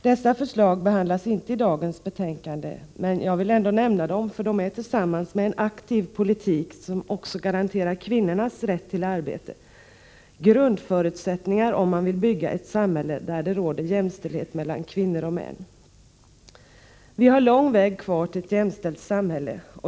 Dessa förslag behandlas inte i dagens betänkande, men jag vill ändå nämna dem, för de är tillsammans med en aktiv politik som också garanterar kvinnornas rätt till arbete grundförutsättningar om man vill bygga ett samhälle där det råder jämställdhet mellan kvinnor och män. Vi har en lång väg kvar till ett jämställt samhälle.